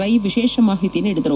ರೈ ವಿಶೇಷ ಮಾಹಿತಿ ನೀಡಿದರು